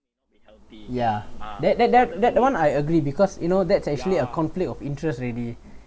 ya that that that that [one] I agree because you know that's actually a conflict of interest already